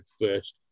first